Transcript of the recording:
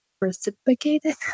Reciprocated